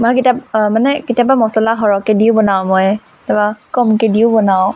মই কেতাব মানে কেতিয়াবা মছলা সৰহকৈ দিও বনাওঁ মই তাপা কমকৈ দিও বনাওঁ